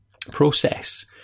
process